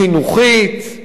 חינוכית.